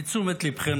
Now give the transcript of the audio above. לתשומת ליבכם,